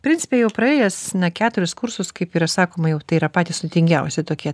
principe jau praėjęs na keturis kursus kaip yra sakoma jog tai yra patys sudėtingiausi tokie